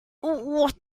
what